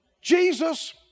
Jesus